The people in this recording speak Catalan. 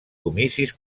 comicis